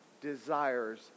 desires